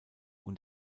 und